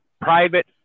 private